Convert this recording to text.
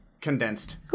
condensed